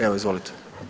Evo izvolite.